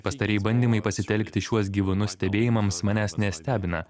pastarieji bandymai pasitelkti šiuos gyvūnus stebėjimams manęs nestebina